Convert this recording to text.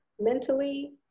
mentally